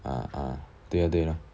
ah ah 对 lor 对 lor